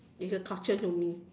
it's a torture to me